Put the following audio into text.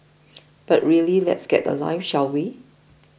but really let's get a life shall we